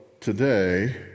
today